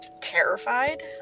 terrified